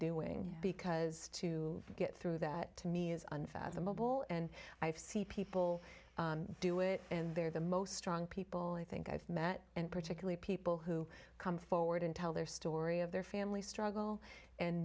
doing because to get through that to me is unfathomable and i've seen people do it and they're the most strong people i think i've met and particularly people who come forward and tell their story of their family struggle and